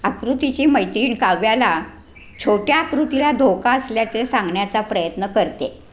आकृतीची मैत्रीण काव्याला छोट्या आकृतीला धोका असल्याचे सांगण्याचा प्रयत्न करते